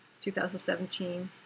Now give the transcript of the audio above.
2017